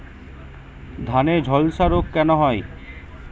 ধানে ঝলসা রোগ কেন হয়?